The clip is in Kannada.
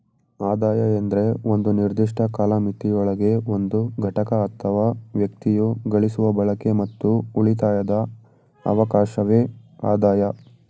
ಆದಾಯ ಎಂದ್ರೆ ಒಂದು ನಿರ್ದಿಷ್ಟ ಕಾಲಮಿತಿಯೊಳಗೆ ಒಂದು ಘಟಕ ಅಥವಾ ವ್ಯಕ್ತಿಯು ಗಳಿಸುವ ಬಳಕೆ ಮತ್ತು ಉಳಿತಾಯದ ಅವಕಾಶವೆ ಆದಾಯ